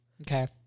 Okay